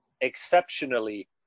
exceptionally